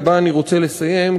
ובה אני רוצה לסיים,